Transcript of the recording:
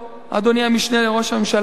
אדוני המשנה לראש הממשלה,